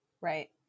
Right